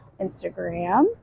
Instagram